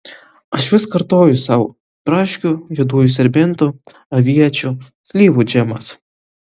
aš vis kartoju sau braškių juodųjų serbentų aviečių slyvų džemas